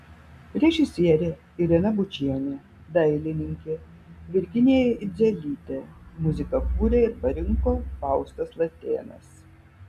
režisierė irena bučienė dailininkė virginija idzelytė muziką kūrė ir parinko faustas latėnas